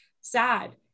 sad